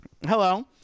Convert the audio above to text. Hello